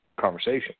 conversation